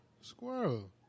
Squirrel